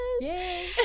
Yay